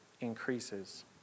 increases